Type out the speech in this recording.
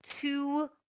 two